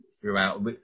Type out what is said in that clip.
throughout